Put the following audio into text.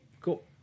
Cool